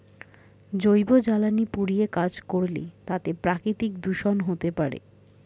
জৈব জ্বালানি পুড়িয়ে কাজ করলে তাতে প্রাকৃতিক দূষন হতে পারে